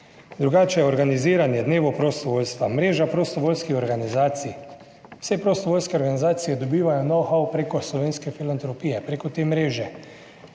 Drugače je organiziranje dnevov prostovoljstva mreža prostovoljskih organizacij. Vse prostovoljske organizacije dobivajo know how preko Slovenske filantropije, preko te mreže.